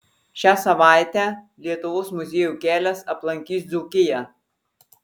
šią savaitę lietuvos muziejų kelias aplankys dzūkiją